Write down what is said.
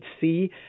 see